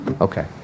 Okay